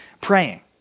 praying